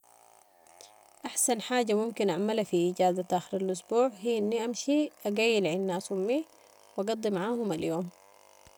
احسن حاجة ممكن اعملها في اجازة اخر الاسبوع هي اني امشي اقيل عند ناس امي و اقضي معاهم اليوم.